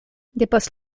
depost